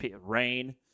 rain